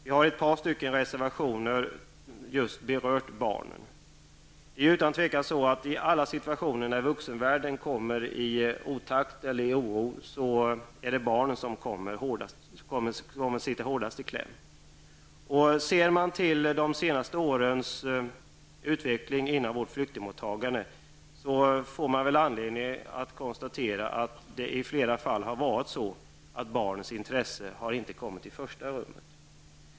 Vi har i ett par reservationer berört just barnen. Det är utan tvivel så att i alla situationer där vuxenvärlden kommer i otakt eller det blir oroligt på något sätt, är det barnen som sitter hårdast i kläm. Ser man till de senaste årens utveckling inom vårt flyktingmottagande får man väl anledning att konstatera att i flera fall har barnens intresse inte kommit i första rummet.